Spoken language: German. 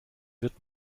wird